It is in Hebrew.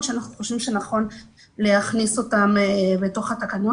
שאנחנו חושבים שנכון להכניס אותם לתקנות.